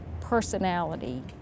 personality